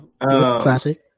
Classic